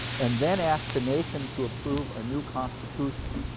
and then asked the nation to approve a new constitution.